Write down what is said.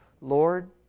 Lord